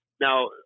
Now